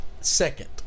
second